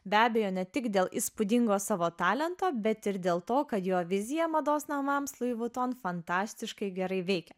be abejo ne tik dėl įspūdingo savo talento bet ir dėl to kad jo vizija mados namams lui vuitton fantastiškai gerai veikia